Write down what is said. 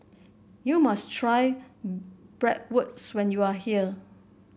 you must try Bratwurst when you are here